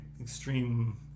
extreme